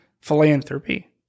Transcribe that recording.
philanthropy